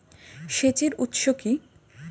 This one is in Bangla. সেচের উৎস কি?